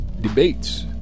Debates